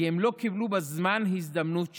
כי הם לא קיבלו בזמן הזדמנות שווה.